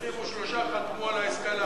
23 חתמו על העסקה הזאת.